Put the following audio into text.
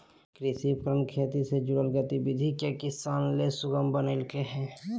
कृषि उपकरण खेती से जुड़ल गतिविधि के किसान ले सुगम बनइलके हें